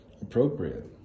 appropriate